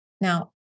Now